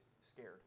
scared